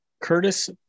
Curtis